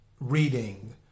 reading